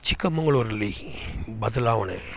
ಚಿಕ್ಕಮಂಗಳೂರಲ್ಲಿ ಬದಲಾವಣೆ